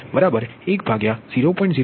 જે 1 0